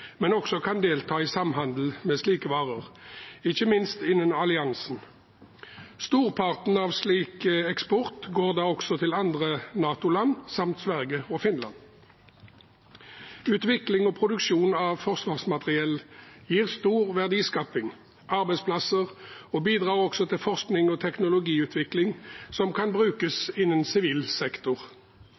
men også kan delta i samhandel med slike varer, ikke minst innen alliansen. Storparten av slik eksport går da også til andre NATO-land samt til Sverige og Finland. Utvikling og produksjon av forsvarsmateriell gir stor verdiskaping og arbeidsplasser, og det bidrar også til forskning og teknologiutvikling som kan brukes innen sivil sektor.